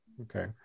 okay